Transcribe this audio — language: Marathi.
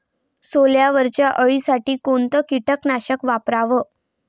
सोल्यावरच्या अळीसाठी कोनतं कीटकनाशक वापराव?